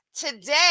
Today